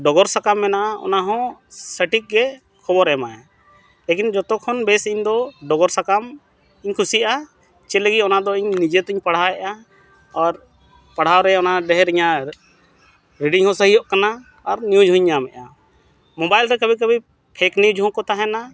ᱰᱚᱜᱚᱨ ᱥᱟᱠᱟᱢ ᱢᱮᱱᱟᱜᱼᱟ ᱚᱱᱟᱦᱚᱸ ᱥᱚᱴᱷᱤᱡᱜᱮ ᱠᱷᱚᱵᱚᱨ ᱮᱢᱟᱜᱼᱟᱭ ᱞᱮᱠᱤᱱ ᱡᱷᱚᱛᱚ ᱠᱷᱚᱱ ᱵᱮᱥ ᱤᱧᱫᱚ ᱰᱚᱜᱚᱨ ᱥᱟᱠᱟᱢ ᱤᱧ ᱠᱩᱥᱤᱭᱟᱜᱼᱟ ᱪᱮᱫ ᱞᱟᱹᱜᱤᱫ ᱚᱱᱟᱫᱚ ᱤᱧ ᱱᱤᱡᱮ ᱛᱤᱧ ᱯᱟᱲᱦᱟᱣᱮᱜᱼᱟ ᱟᱨ ᱯᱟᱲᱦᱟᱣ ᱨᱮ ᱚᱱᱟ ᱰᱷᱮᱨ ᱤᱧᱟᱹᱜ ᱨᱤᱰᱤᱝ ᱦᱚᱸ ᱥᱟᱹᱦᱤᱭᱚᱜ ᱠᱟᱱᱟ ᱟᱨ ᱱᱤᱭᱩᱡᱽ ᱦᱚᱸᱧ ᱧᱟᱢᱮᱜᱼᱟ ᱢᱳᱵᱟᱭᱤᱞ ᱨᱮ ᱠᱟᱵᱷᱤ ᱠᱟᱵᱷᱤ ᱯᱷᱮᱠ ᱱᱤᱭᱩᱡᱽ ᱦᱚᱸᱠᱚ ᱛᱟᱦᱮᱱᱟ